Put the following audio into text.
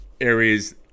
areas